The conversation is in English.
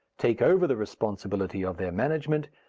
take over the responsibility of their management,